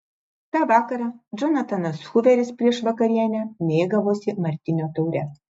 tą vakarą džonatanas huveris prieš vakarienę mėgavosi martinio taure